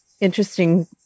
interesting